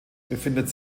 befindet